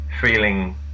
feeling